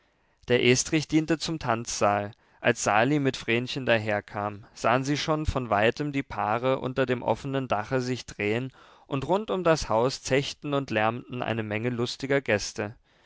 der estrich diente zum tanzsaal als sali mit vrenchen daherkam sahen sie schon von weitem die paare unter dem offenen dache sich drehen und rund um das haus zechten und lärmten eine menge lustiger gäste